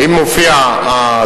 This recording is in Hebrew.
אם מופיע,